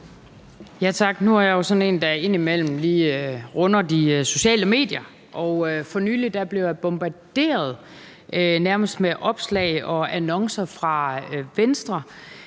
Tak. Nu er jeg jo sådan en, der indimellem lige runder de sociale medier, og for nylig blev jeg nærmest bombarderet med opslag og annoncer fra Venstre,